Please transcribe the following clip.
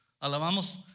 Alabamos